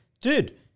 dude